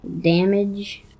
Damage